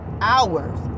hours